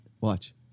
watch